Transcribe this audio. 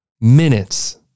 minutes